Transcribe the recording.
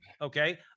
okay